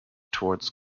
towards